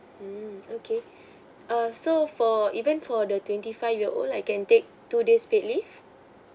mm okay err so for even for the twenty five year old I can take two days paid leave